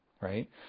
right